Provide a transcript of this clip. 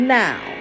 now